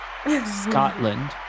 scotland